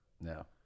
no